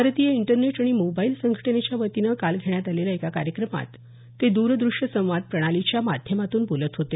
भारतीय इंटरनेट आणि मोबाइल संघटनेच्या वतीनं काल घेण्यात आलेल्या एका कार्यक्रमात ते द्रदूश्यसंवाद प्रणालीच्या माध्यमातून बोलत होते